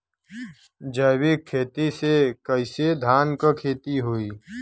जैविक खेती से कईसे धान क खेती होई?